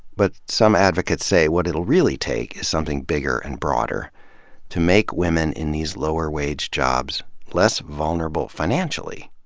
but some advocates say what it'll really take is something bigger and broader to make women in these lower-wage jobs less vulnerable, financially.